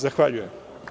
Zahvaljujem.